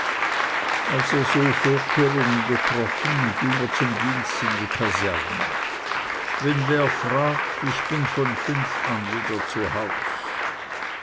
er so vorkehrungen getroffen ging er zum dienst in die kaserne wenn wer fragt ich bin von fünf an wieder zu haus